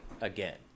again